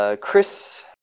Chris